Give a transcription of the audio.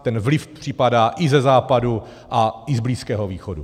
Ten vliv připadá i ze západu a i z Blízkého východu.